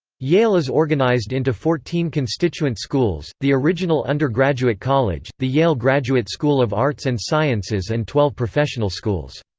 yale is organized into fourteen constituent schools the original undergraduate college, the yale graduate school of arts and sciences and twelve professional schools.